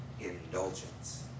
indulgence